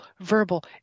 verbal